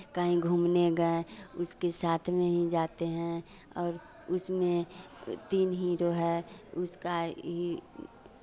कहीं घूमने गएँ उसके साथ में ही जाते हैं और उसमें तीन हीरो है उसका ही